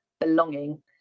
belonging